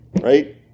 Right